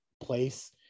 place